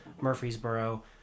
Murfreesboro